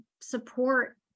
support